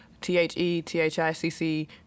T-H-E-T-H-I-C-C